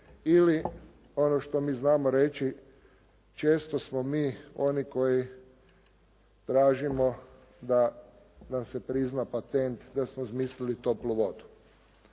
ili ono što mi znamo reći često smo mi oni koji tražimo da nam se prizna patent da smo izmislili toplu vodu.